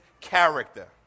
character